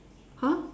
!huh!